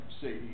See